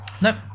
Nope